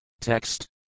Text